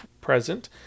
present